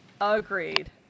Agreed